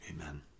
Amen